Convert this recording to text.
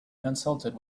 consulted